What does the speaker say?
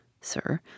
sir